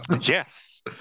yes